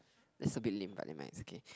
is a bit lame but never mind it's okay